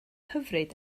hyfryd